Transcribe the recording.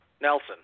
nelson